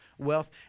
wealth